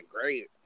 great